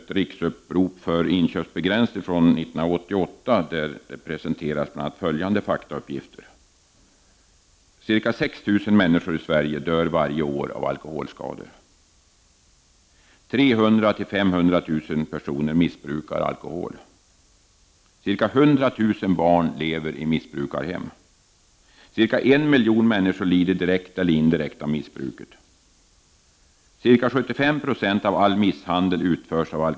I Riksupprop för inköpsbegränsning från 1988 presenterades bl.a. följande faktauppgifter: 0 Cirka en miljon människor lider direkt eller indirekt av missbruket.